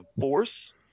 force